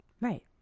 Right